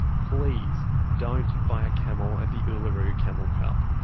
please don't buy a camel at the uluru camel cup.